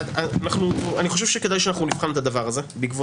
אני חושב שבעקבות מה שאתה אומר כדאי שנבחן את הדבר הזה.